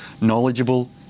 knowledgeable